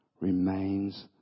remains